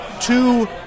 two